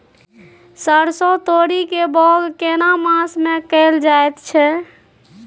सरसो, तोरी के बौग केना मास में कैल जायत छै?